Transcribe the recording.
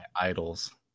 idols